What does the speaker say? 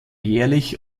jährlich